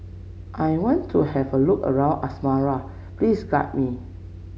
I want to have a look around Asmara please guide me